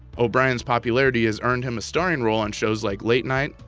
o'brien's popularity has earned him a starring role on shows like late night,